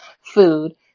food